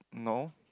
no